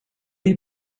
you